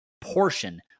portion